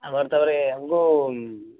ଆମର ତାପରେ